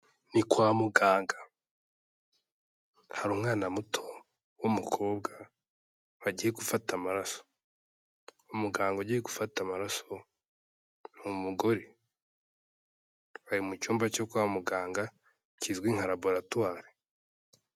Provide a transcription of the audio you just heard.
Ni kwa muganga, hari umwana muto w'umukobwa bagiye gufata amaraso, umuganga ugiye gufata amaraso ni umugore, ari mu cyumba cyo kwa muganga kizwi nka laboratwari.